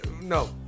no